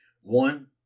one